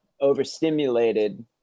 overstimulated